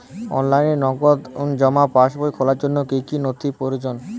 অনলাইনে নগদ জমা পাসবই খোলার জন্য কী কী নথি প্রয়োজন?